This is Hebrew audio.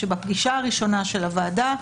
שבפגישה הראשונה של הוועדה,